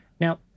Now